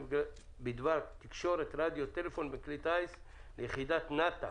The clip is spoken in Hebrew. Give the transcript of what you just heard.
התש"ף-2020 בדבר תקשורת רדיו-טלפון בין כלי טיס ליחידת נת"א